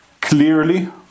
Clearly